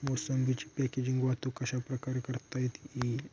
मोसंबीची पॅकेजिंग वाहतूक कशाप्रकारे करता येईल?